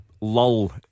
lull